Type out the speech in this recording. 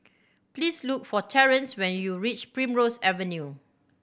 please look for Terrance when you reach Primrose Avenue